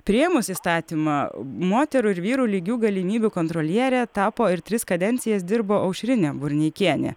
priėmus įstatymą moterų ir vyrų lygių galimybių kontroliere tapo ir tris kadencijas dirbo aušrinė burneikienė